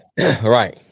Right